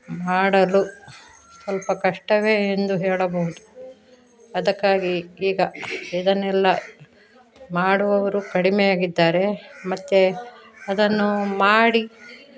ಮಾಡಲು ಸ್ವಲ್ಪ ಕಷ್ಟವೇ ಎಂದು ಹೇಳಬಹುದು ಅದಕ್ಕಾಗಿ ಈಗ ಇದನ್ನೆಲ್ಲ ಮಾಡುವವರು ಕಡಿಮೆಯಾಗಿದ್ದಾರೆ ಮತ್ತೆ ಅದನ್ನು ಮಾಡಿ